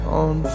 on